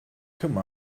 come